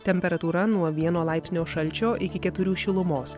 temperatūra nuo vieno laipsnio šalčio iki keturių šilumos